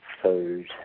Food